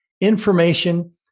information